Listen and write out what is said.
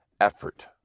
effort